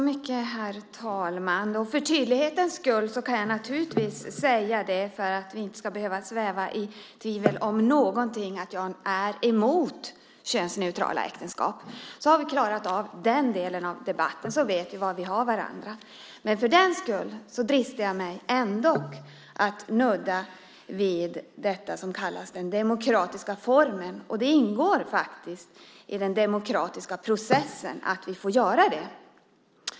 Herr talman! För tydlighetens skull - så att vi inte ska sväva i tvivelsmål - kan jag säga att jag är emot könsneutrala äktenskap. Nu har vi klarat av den delen av debatten. Nu vet vi var vi har varandra. Men jag dristar mig ändå att nudda vid det som kallas den demokratiska formen. Det ingår faktiskt i den demokratiska processen att vi får göra det.